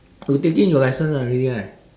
oh taking your licence already right